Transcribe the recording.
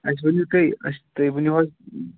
أسہِ ؤنِوٗ تُہۍ اَسہِ تُہۍ ؤنِوٗ حظ